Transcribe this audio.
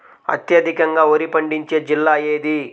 అత్యధికంగా వరి పండించే జిల్లా ఏది?